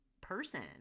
person